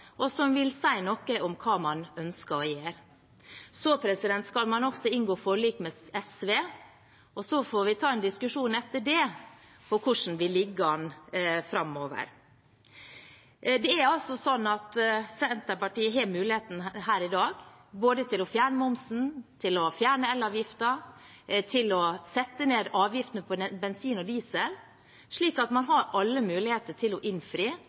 og som vil si noe om hva man ønsker å gjøre. Så skal man også inngå forlik med SV, og så får vi etter det ta en diskusjon om hvordan vi ligger an framover. Det er sånn at Senterpartiet har muligheten her i dag både til å fjerne momsen, til å fjerne elavgiften, til å sette ned avgiftene på bensin og diesel. Man har alle muligheter til å innfri,